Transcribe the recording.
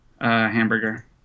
hamburger